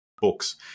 books